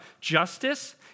justice